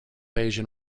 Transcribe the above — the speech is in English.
asian